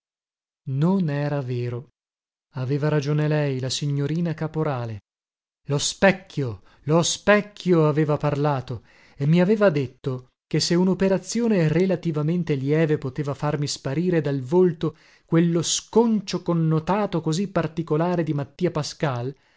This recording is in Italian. non era vero aveva ragione lei la signorina caporale lo specchio lo specchio aveva parlato e mi aveva detto che se unoperazione relativamente lieve poteva farmi sparire dal volto quello sconcio connotato così particolare di mattia pascal